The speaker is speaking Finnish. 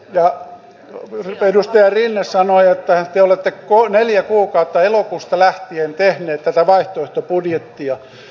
nyt edustaja rinne sanoi että te olette neljä kuukautta elokuusta lähtien tehneet tätä vaihtoehdobudjettia